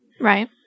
Right